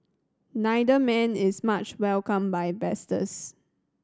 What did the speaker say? neither man is much welcomed by